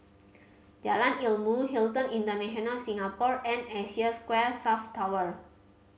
Jalan Ilmu Hilton International Singapore and Asia Square South Tower